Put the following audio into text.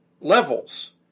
levels